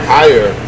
higher